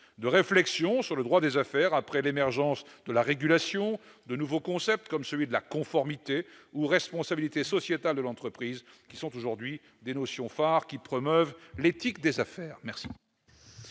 de réflexion, sur le droit des affaires, après l'émergence de la régulation et de nouveaux concepts, comme la conformité ou la responsabilité sociétale de l'entreprise, qui sont aujourd'hui des notions phare pour promouvoir l'éthique des affaires. Quel